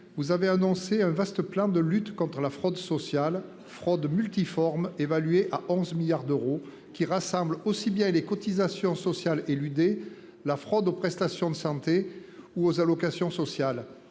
vous avez annoncé un vaste plan de lutte contre la fraude sociale fraude multiforme, évalué à 11 milliards d'euros qui rassemble aussi bien et les cotisations sociales éludées. La fraude aux prestations de santé ou aux allocations sociales.